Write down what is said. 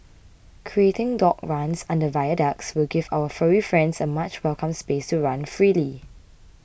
creating dog runs under viaducts will give our furry friends a much welcome space to run freely